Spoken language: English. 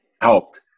helped